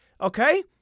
okay